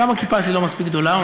גם הכיפה שלי לא מספיק גדולה.